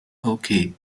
okay